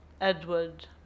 Edward